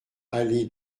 allée